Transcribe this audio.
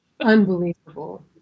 Unbelievable